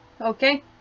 okay